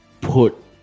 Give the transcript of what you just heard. put